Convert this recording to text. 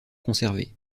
conservés